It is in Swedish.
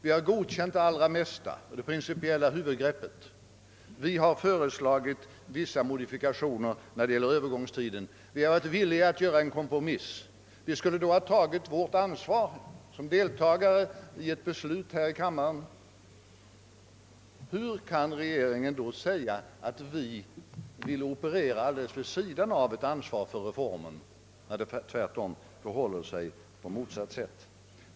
Vi har också godkänt det mesta däri, det principiella huvudgreppet, och bara föreslagit vissa modifikationer, särskilt i fråga om övergångstiden. Vi har varit villiga att göra en kompromiss. Då skulle vi ha fått vår del av ansvaret som deltagare i ett beslut här i kammaren. Hur kan regeringen då säga att vi vill operera vid sidan av ett ansvar för reformen? Det förhåller sig ju tvärtom.